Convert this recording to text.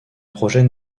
projet